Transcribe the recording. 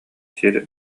сир